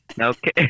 Okay